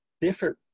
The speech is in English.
different